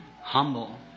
Humble